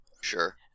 Sure